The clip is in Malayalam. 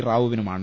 റാവുവിനുമാണ്